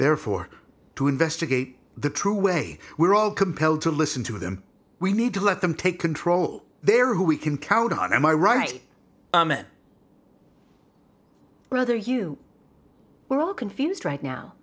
therefore to investigate the true way we're all compelled to listen to them we need to let them take control there are who we can count on am i right whether you were all confused right now